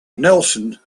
nelson